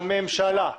הממשלה.